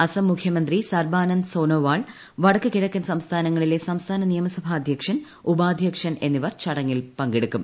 അസം മുഖ്യമന്ത്രി സർബാനന്ദ് സൊനൊവാൾ വടക്ക് കിഴക്കൻ സംസ്ഥാനങ്ങളിലെ സംസ്ഥാന നിയമസഭ അദ്ധ്യക്ഷൻ ഉപാദ്ധ്യക്ഷൻ എന്നിവർ ചടങ്ങിൽ പങ്കെടുക്കും